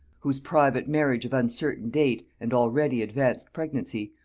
whose private marriage of uncertain date, and already advanced pregnancy,